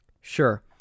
Sure